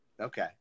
okay